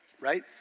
right